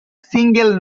single